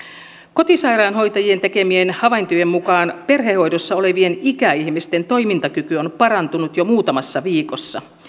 kotisairaanhoitajien tekemien havaintojen mukaan perhehoidossa olevien ikäihmisten toimintakyky on parantunut jo muutamassa viikossa